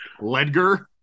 Ledger